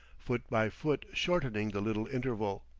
foot by foot shortening the little interval.